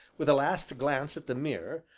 with a last glance at the mirror,